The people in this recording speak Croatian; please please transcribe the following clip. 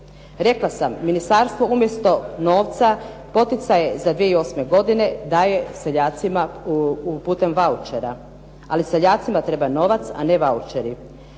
Rekla sam ministarstvo umjesto novca poticaje za 2008. godine daje seljacima putem vaučera, ali seljacima treba novac, a ne vaučeri.